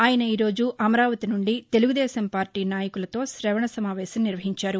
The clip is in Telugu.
ఆయన ఈరోజు అమరావతి నుండి తెలుగుదేశం పార్లీ నాయకులతో శవణ సమావేశం నిర్వహించారు